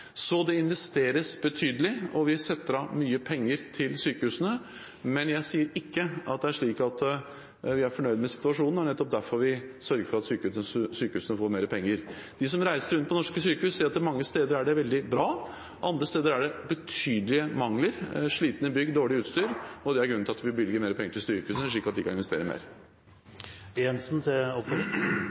Så det investeres betydelig, og vi setter av mye penger til sykehusene, men jeg sier ikke at vi er fornøyd med situasjonen. Det er nettopp derfor vi sørger for at sykehusene får mer penger. De som reiser rundt på norske sykehus, sier at det mange steder er veldig bra. Andre steder er det betydelige mangler – slitne bygg, dårlig utstyr – og det er grunnen til at vi bevilger mer penger til sykehusene, slik at de kan investere mer.